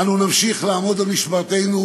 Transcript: אנו נמשיך לעמוד על משמרתנו